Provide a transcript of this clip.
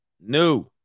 new